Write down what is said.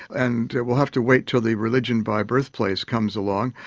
and we'll have to wait til the religion by birth place comes along.